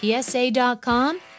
PSA.com